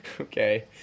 okay